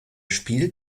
spiel